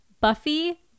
Buffy